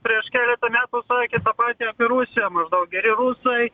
prieš keletą metų sakė tą patį apie rusiją maždaug geri rusai